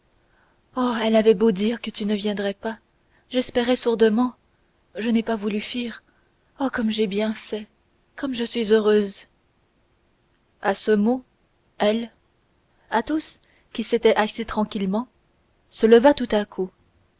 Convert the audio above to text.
oh elle avait beau dire que tu ne viendrais pas j'espérais sourdement je n'ai pas voulu fuir oh comme j'ai bien fait comme je suis heureuse à ce mot elle athos qui s'était assis tranquillement se leva tout à coup